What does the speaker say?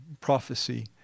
prophecy